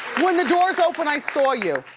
when the doors opened i saw you.